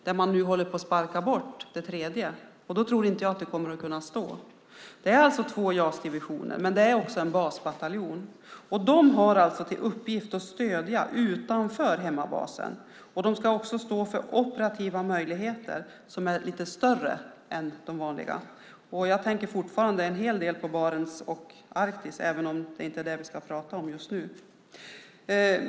Nu håller man på att sparka av det tredje benet, och då tror jag inte att den kommer att kunna stå upp. Det finns två JAS-divisioner men också en basbataljon, och de har till uppgift att stödja utanför hemmabasen. De ska också ha operativa möjligheter som är lite större än de vanliga. Jag tänker fortfarande på Barents och Arktis, även om vi just nu inte ska tala om det.